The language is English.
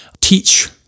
teach